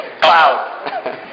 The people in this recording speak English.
Cloud